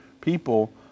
people